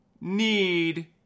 ...need